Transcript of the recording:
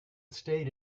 state